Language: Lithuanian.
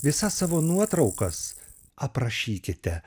visas savo nuotraukas aprašykite